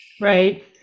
Right